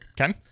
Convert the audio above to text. Okay